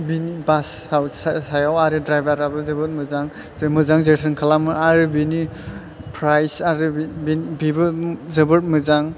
बेनि बासाव सायाव आरो द्रायबाराबो जोबोर मोजां मोजां जोथोन खालामो आरो बेनि प्राइस आरो बेनि बेबो जोबोर मोजां